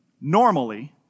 normally